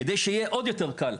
כדי שיהיה עוד יותר קל,